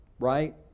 right